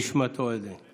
נשמתו עדן.